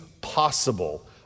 possible